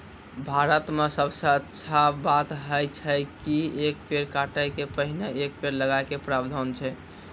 भारत मॅ सबसॅ अच्छा बात है छै कि एक पेड़ काटै के पहिने एक पेड़ लगाय के प्रावधान छै